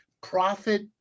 profit